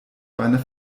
beinahe